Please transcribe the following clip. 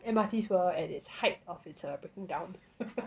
and M_R_Ts were at its height of its err breaking down